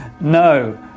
No